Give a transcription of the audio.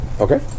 Okay